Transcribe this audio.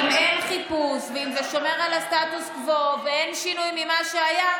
אם אין חיפוש ואם זה שומר על הסטטוס קוו ואין שינוי ממה שהיה,